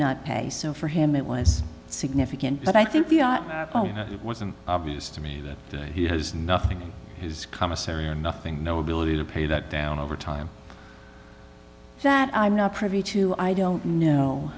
not pay so for him it was significant but i think it wasn't obvious to me that he has nothing he's commissary or nothing no ability to pay that down over time that i'm not privy to i don't know